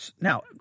Now